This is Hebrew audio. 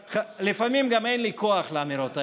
אבל לפעמים גם אין לי כוח לאמירות האלה,